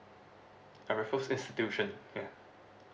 uh raffles institution ya